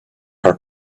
her